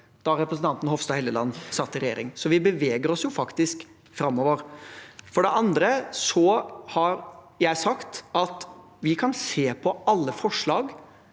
da representanten Hofstad Helleland satt i regjering. Vi beveger oss faktisk framover. For det andre har jeg sagt at vi kan se på alle forslag